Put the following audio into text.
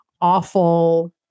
awful